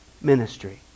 ministry